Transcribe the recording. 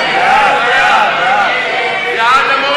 ההצעה להסיר מסדר-היום את הצעת חוק להנצחת